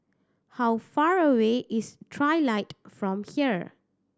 how far away is Trilight from here